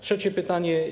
Trzecie pytanie.